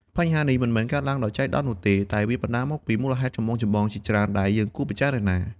បញ្ហានេះមិនមែនកើតឡើងដោយចៃដន្យនោះទេ តែវាបណ្តាលមកពីមូលហេតុចម្បងៗជាច្រើនដែលយើងគួរពិចារណា។